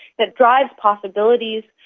that drives possibilities.